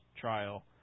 trial